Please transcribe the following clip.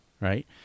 right